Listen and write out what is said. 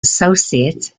associates